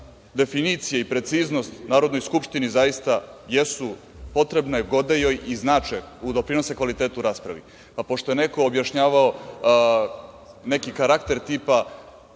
definicije i preciznost Narodnoj skupštini zaista jesu potrebne, gode joj i znače i doprinose kvalitetu rasprave. Pošto je neko objašnjavao neki karakter tipa